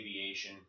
aviation